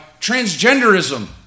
transgenderism